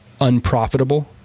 unprofitable